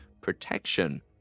protection